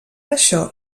això